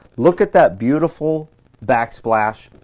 look at that beautiful backsplash,